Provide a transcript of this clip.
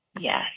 Yes